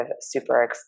super